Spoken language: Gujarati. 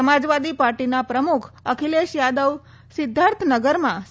સમાજવાદી પાર્ટીના પ્રમુખ અખિલેશ યાદવ સિધ્ધાર્થનગરમાં સભા યોજશે